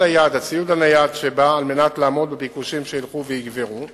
הנייד על מנת לעמוד בביקושים שילכו ויגברו.